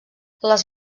les